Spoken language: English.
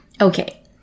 Okay